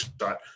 shot